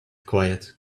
quiet